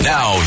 Now